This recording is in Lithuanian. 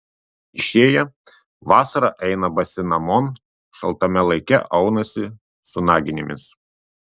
išėję vasarą eina basi namon šaltame laike aunasi su naginėmis